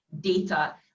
data